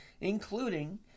including